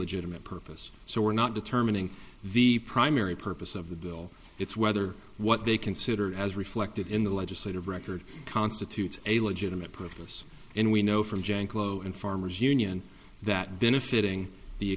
legitimate purpose so we're not determining the primary purpose of the bill it's whether what they consider as reflected in the legislative record constitutes a legitimate purpose and we know from janklow and farmers union that benefiting the